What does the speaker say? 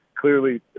clearly